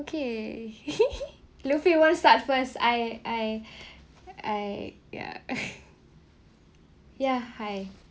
okay lufy want start first I I I ya ya hi